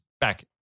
back